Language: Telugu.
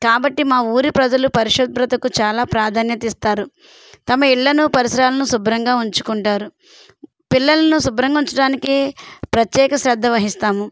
కాబట్టి మా ఊరి ప్రజలు పరిశుభ్రతకు చాలా ప్రాధాన్యతిస్తారు తమ ఇళ్ళను పరిసరాలను శుభ్రంగా ఉంచుకుంటారు పిల్లలను శుభ్రంగా ఉంచడానికి ప్రత్యేక శ్రద్ద వహిస్తాము